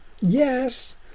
yes